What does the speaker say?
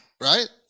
right